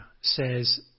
says